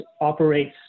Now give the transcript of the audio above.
operates